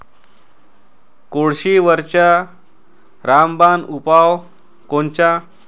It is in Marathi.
कोळशीवरचा रामबान उपाव कोनचा?